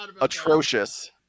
atrocious